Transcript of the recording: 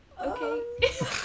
okay